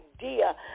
idea